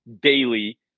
daily